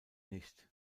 nicht